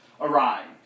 arrived